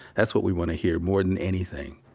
that's what we want to hear more than anything,